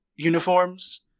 Uniforms